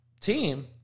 team